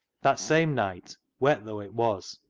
that same night, wet though it was,